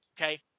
Okay